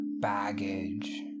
baggage